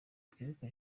twibuka